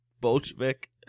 Bolshevik